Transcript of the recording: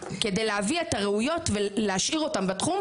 כדי להביא את הראויות ולהשאיר אותן בתחום.